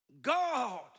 God